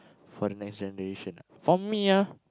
for the next generation ah for me ah